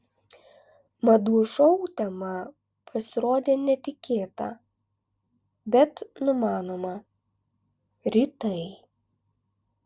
madų šou tema pasirodė netikėta bet numanoma rytai